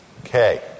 okay